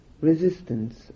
resistance